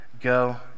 Go